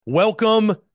Welcome